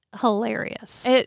hilarious